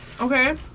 Okay